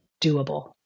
doable